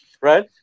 right